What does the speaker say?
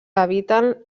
habiten